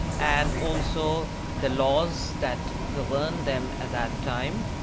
and also the laws that governed them at that time.